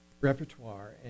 repertoire